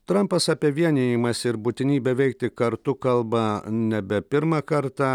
trampas apie vienijimąsi ir būtinybę veikti kartu kalba nebe pirmą kartą